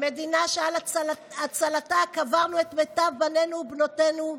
המדינה שעל הצלתה קברנו את מיטב בנינו ובנותינו,